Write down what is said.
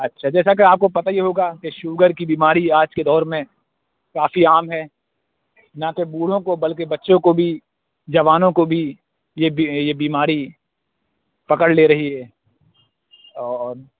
اچھا جیسا کہ آپ کو پتہ ہی ہوگا کہ شگر کی بیماری آج کے دور میں کافی عام ہے ناکہ بوڑھوں کو بلکہ بچوں کو بھی جوانوں کو بھی یہ بیماری پکڑ لے رہی ہے اور